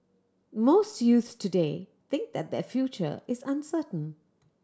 most youths today think that their future is uncertain